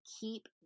keep